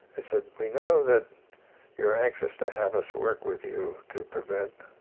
they said, we know that you're anxious to have us work with you to prevent